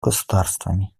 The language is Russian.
государствами